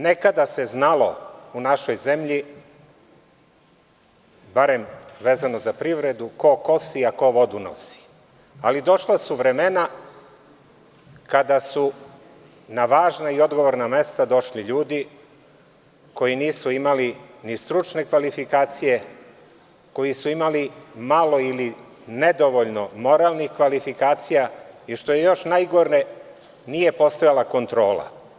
Nekada se znalo u našoj zemlji, barem vezano za privredu, ko kosi, a ko vodu nosi, ali došla su vremena kada su na važna i odgovorna mesta došli ljudi koji nisu imali ni stručne kvalifikacije, koji su imali malo ili nedovoljno moralnih kvalifikacija i, što je još najgore, nije postojala kontrola.